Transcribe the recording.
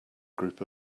group